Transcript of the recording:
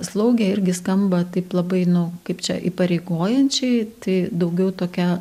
slaugė irgi skamba taip labai nu kaip čia įpareigojančiai tai daugiau tokia